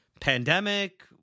pandemic